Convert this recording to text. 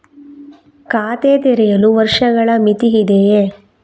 ಖಾತೆ ತೆರೆಯಲು ವರ್ಷಗಳ ಮಿತಿ ಇದೆಯೇ?